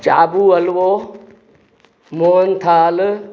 चाबू हलिवो मोहन थाल